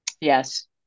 Yes